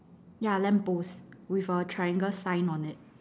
ya lamp post with a triangle sign on it